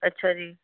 ਅੱਛਾ ਜੀ